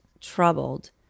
troubled